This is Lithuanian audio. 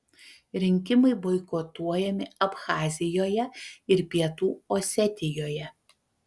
rinkimai boikotuojami abchazijoje ir pietų osetijoje